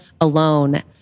alone